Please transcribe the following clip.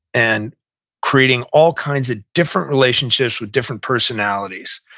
and creating all kinds of different relationships with different personalities.